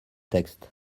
texte